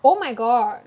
oh my god